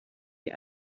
die